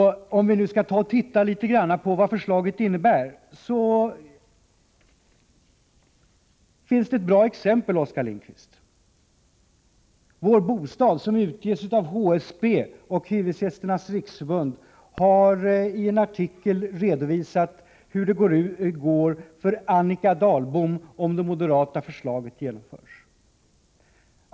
Det finns ett bra exempel, Oskar Lindkvist, när det gäller vad vårt förslag innebär. Vår Bostad, som utges av HSB och Hyresgästernas riksförbund, har i en artikel redovisat hur det skulle gå för Annika Dahlbom om det moderata förslaget genomfördes.